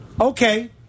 Okay